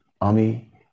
Ami